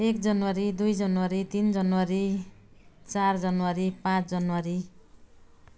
एक जनवरी दुई जनवरी तिन जनवरी चार जनवरी पाँच जनवरी